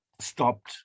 stopped